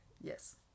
yes